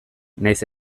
nahiz